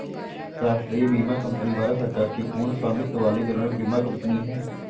राष्ट्रीय बीमा कंपनी भारत सरकार की पूर्ण स्वामित्व वाली जनरल बीमा कंपनी है